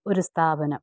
ഒരു സ്ഥാപനം